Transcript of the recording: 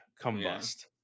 combust